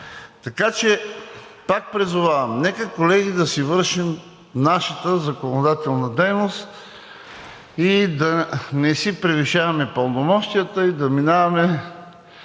Така че пак призовавам: нека, колеги, да си вършим нашата законодателна дейност. Да не си превишаваме пълномощията и да минаваме